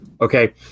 okay